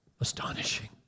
Astonishing